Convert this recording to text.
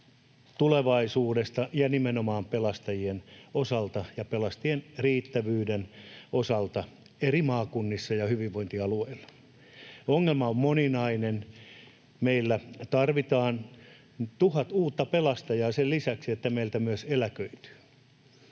tulevaisuudesta ja nimenomaan pelastajien osalta ja pelastajien riittävyyden osalta eri maakunnissa ja hyvinvointialueilla. Ongelma on moninainen. Meillä tarvitaan tuhat uutta pelastajaa sen lisäksi, että heitä myös eläköityy